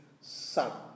son